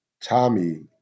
Tommy